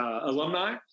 alumni